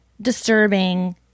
disturbing